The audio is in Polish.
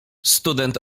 student